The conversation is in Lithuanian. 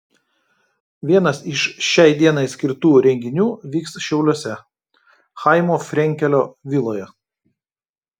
vienas iš šiai dienai skirtų renginių vyks šiauliuose chaimo frenkelio viloje